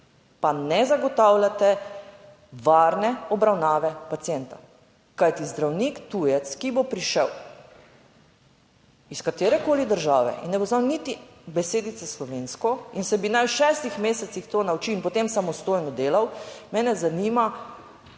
pa ne zagotavljate varne obravnave pacienta. Kajti, zdravnik tujec, ki bo prišel iz katerekoli države in ne bo znal niti besedice slovensko in se bi naj v šestih mesecih to naučil in potem samostojno delal. Mene zanima,